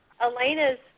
Elena's